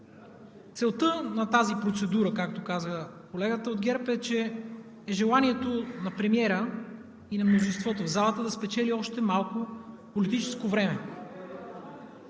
Целта на тази процедура, както каза колегата от ГЕРБ, е, че желанието на премиера и на мнозинството в залата е да спечели още малко политическо време.